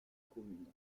commune